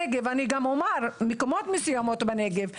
מקומות מסוימים בנגב,